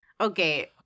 Okay